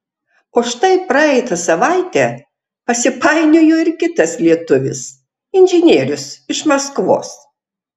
o štai praeitą savaitę pasipainiojo ir kitas lietuvis inžinierius iš maskvos